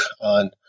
on